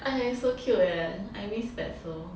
!aiya! so cute leh I miss fatso